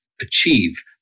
achieve